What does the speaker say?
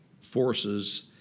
forces